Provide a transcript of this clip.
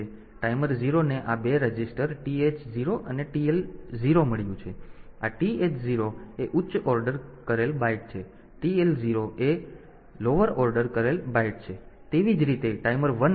તેથી ટાઈમર 0 ને આ 2 રજીસ્ટર TH 0 TL 0 મળ્યું છે ટાઈમર આ TH 0 એ ઉચ્ચ ઓર્ડર કરેલ બાઈટ છે અને TL 0 એ નીચો ઓર્ડર કરેલ બાઈટ છે અને તેવી જ રીતે ટાઈમર 1 ને TH 1 અને TL 1 મળ્યો છે